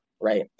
right